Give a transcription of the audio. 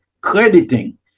crediting